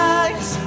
eyes